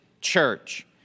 Church